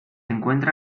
encuentra